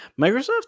microsoft